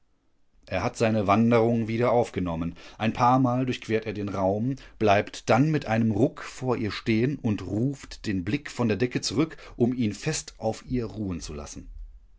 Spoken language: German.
er hat seine wanderung wieder aufgenommen ein paarmal durchquert er den raum bleibt dann mit einem ruck vor ihr stehen und ruft den blick von der decke zurück um ihn fest auf ihr ruhen zu lassen